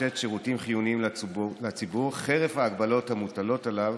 לתת שירותים חיוניים לציבור חרף ההגבלות המוטלות עליו